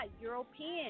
European